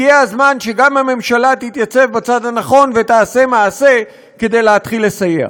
הגיע הזמן שגם הממשלה תתייצב בצד הנכון ותעשה מעשה כדי להתחיל לסייע.